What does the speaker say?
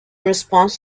response